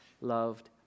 loved